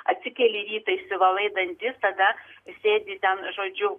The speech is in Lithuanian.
atsikeli rytą išsivalai dantis tada sėdi ten žodžiu